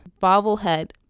bobblehead